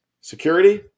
security